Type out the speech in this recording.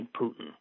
Putin